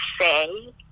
say